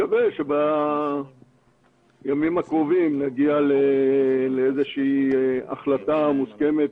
נקווה שבימים הקרובים נגיע לאיזושהי החלטה מוסכמת,